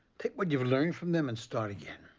take what you've learned from them and start again.